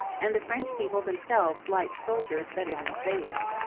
and the french people themselves liked soldiers better than sailors.